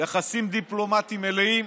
יחסים דיפלומטיים מלאים,